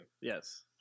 Yes